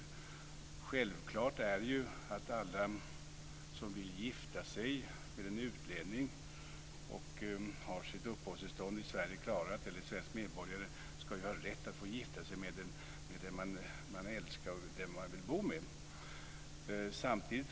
Det är självklart att alla som vill gifta sig med en utlänning och har uppehållstillstånd i Sverige eller som är svensk medborgare ska ha rätt att gifta sig med den som man älskar och vill bo tillsammans med.